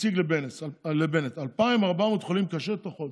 הציג לבנט, 2,400 חולים קשה תוך חודש.